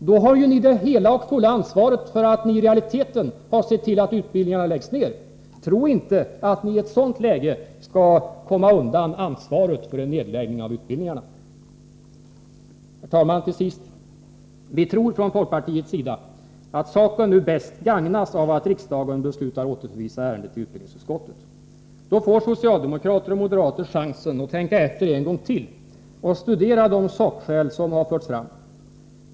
Då har ju ni det hela och fulla ansvaret för att ni i realiteten har sett till att utbildningarna läggs ned. Tro inte att ni i ett sådant läge skall komma undan ansvaret för en nedläggning av utbildningarna. Herr talman! Till sist: Vi tror från folkpartiets sida att saken nu bäst gagnas av att riksdagen beslutar återförvisa ärendet till utbildningsutskottet. Då får socialdemokrater och moderater chansen att tänka efter en gång till och studera de sakskäl som har förts fram.